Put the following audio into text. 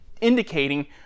indicating